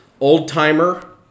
old-timer